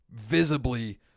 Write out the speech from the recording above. visibly